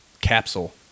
capsule